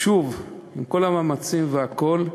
שוב, עם כל המאמצים והכול,